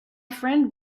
friend